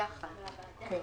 ירים